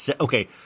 okay